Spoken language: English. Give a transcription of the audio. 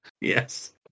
Yes